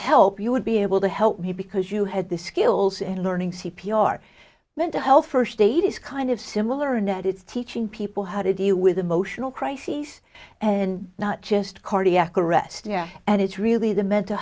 help you would be able to help me because you had the skills in learning c p r mental health first aid is kind of similar in that it's teaching people how to deal with emotional crises and not just cardiac arrest yeah and it's really the mental